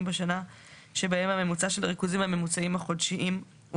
בשנה שבהם הממוצע של הריכוזים הממוצעים החודשיים הוא